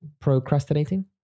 procrastinating